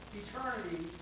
eternity